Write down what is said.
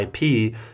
IP